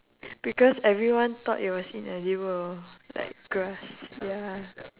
because everyone thought it was inedible like grass ya